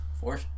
Four